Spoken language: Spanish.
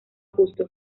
justo